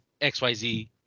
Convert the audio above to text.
xyz